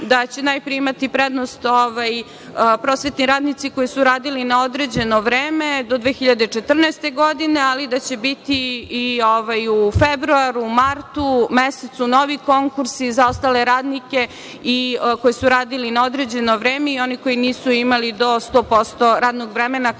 da će najpre imati prednost prosvetni radnici koji su radili na određeno vreme do 2014. godine, ali da će biti i u februaru, martu mesecu novi konkursi za ostale radnike koji su radili na određeno vreme i oni koji nisu imali do 100% radnog vremena,